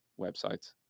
websites